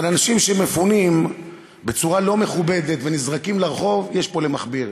אבל אנשים שמפונים בצורה לא מכובדת ונזרקים לרחוב יש פה למכביר.